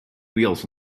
wheels